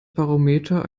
barometer